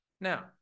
Now